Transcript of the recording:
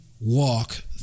walk